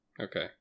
Okay